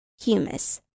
humus